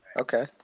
okay